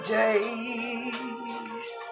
days